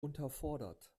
unterfordert